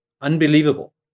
unbelievable